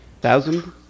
Thousand